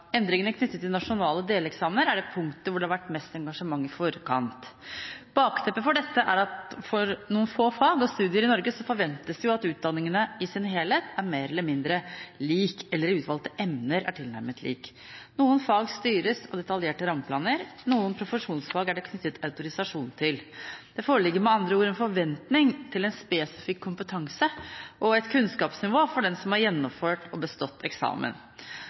Endringene knyttet til nasjonale deleksamener er det punktet hvor det har vært mest engasjement i forkant. Bakteppet for dette er at for noen få fag og studier i Norge forventes det at utdanningen i sin helhet er mer eller mindre lik, eller i utvalgte emner er tilnærmet lik. Noen fag styres av detaljerte rammeplaner, og noen profesjonsfag er det knyttet autorisasjon til. Det foreligger med andre ord en forventning til en spesifikk kompetanse og et kunnskapsnivå for den som har gjennomført og bestått eksamen.